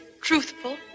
truthful